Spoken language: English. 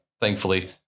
thankfully